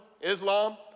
Islam